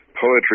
poetry